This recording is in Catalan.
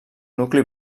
nucli